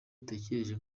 utekereje